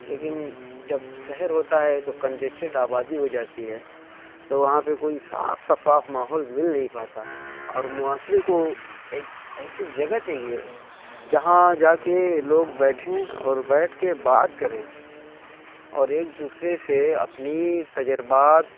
لیکن جب شہر ہوتا ہے تو کنجسٹیڈ آبادی ہو جاتی ہے تو وہاں پہ کوئی صاف شفاف ماحول مل نہیں پاتا اور معاشرے کو ایک ایسی جگہ چاہیے جہاں جا کے لوگ بیٹھیں اور بیٹھ کے بات کریں اور ایک دوسرے سے اپنی تجربات